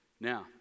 now